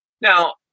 now